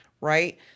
right